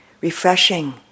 refreshing